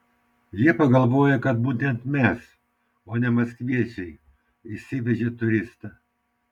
jie pagalvojo kad būtent mes o ne maskviečiai išsivežė turistą